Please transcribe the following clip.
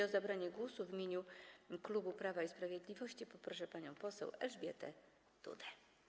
O zabranie głosu w imieniu klubu Prawa i Sprawiedliwości poproszę panią poseł Elżbietę Dudę.